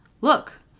Look